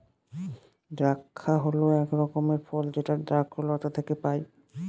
দ্রাক্ষা হল এক রকমের ফল যেটা দ্রক্ষলতা থেকে পায়